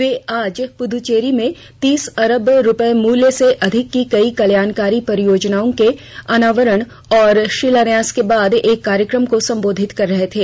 वे आज पुदुच्चेरी में तीस अरब रुपये मूल्य से अधिक की कई कल्याणकारी परियोजनाओं के अनावरण और शिलान्यास के बाद एक कार्यक्रम को सम्बोधित कर रहे थे